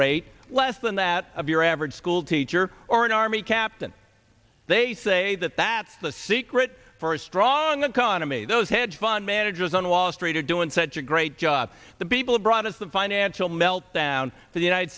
rate less than that of your average schoolteacher or an army captain they say that that the secret for a strong economy those hedge fund managers on wall street are doing such a great job the people who brought us the financial meltdown the united